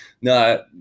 no